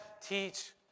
teach